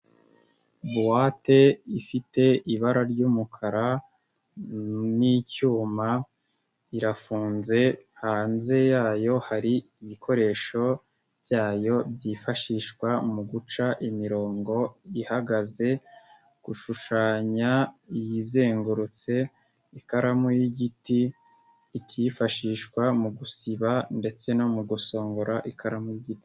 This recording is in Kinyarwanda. Buwate ifite ibara ry'umukara n'icyuma irafunze hanze yayo hari ibikoresho byayo byifashishwa mu guca imirongo ihagaze, gushushanya iyizengurutse, ikaramu y'igiti, ikifashishwa mu gusiba, ndetse no mu gusongora ikaramu y'igiti.